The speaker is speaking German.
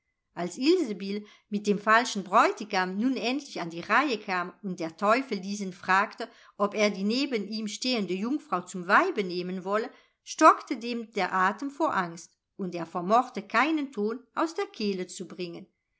als ilsebill mit dem falschen bräutigam nun endlich an die reihe kam und der teufel diesen fragte ob er die neben ihm stehende jungfrau zum weibe nehmen wolle stockte dem der atem vor angst und er vermochte keinen ton aus der kehle zu bringen